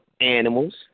animals